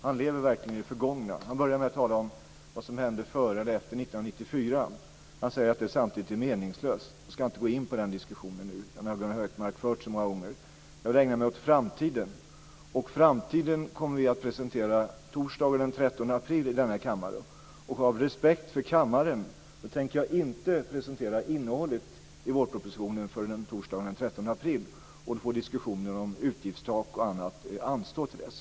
Han lever verkligen i det förgångna. Han började med att tala om vad som hände före och efter 1994. Han säger samtidigt att det är meningslöst. Jag ska inte gå in på den diskussionen nu; den har Gunnar Hökmark fört så många gånger. Jag vill ägna mig åt framtiden. Framtiden kommer vi att presentera torsdagen den 13 april i denna kammare. Av respekt för kammaren tänker jag inte presentera innehållet i vårpropositionen förrän torsdagen den 13 april. Diskussionen om utgiftstak och annat får anstå till dess.